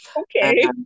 Okay